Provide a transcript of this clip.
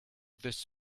this